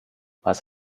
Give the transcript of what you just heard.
was